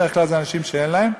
בדרך כלל אלה אנשים שאין להם,